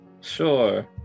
sure